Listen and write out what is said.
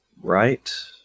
right